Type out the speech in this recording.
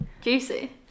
juicy